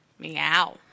Meow